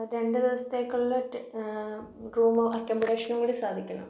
രണ്ടു ദിവസത്തേക്കുള്ള റൂമോ അക്കോമഡേഷനും കൂടി സാധിക്കണം